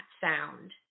sound